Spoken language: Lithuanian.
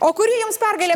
o kuri jums pergalė